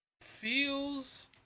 feels